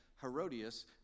Herodias